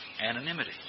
anonymity